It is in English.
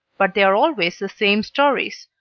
but they are always the same stories,